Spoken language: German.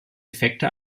effekte